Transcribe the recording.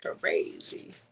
crazy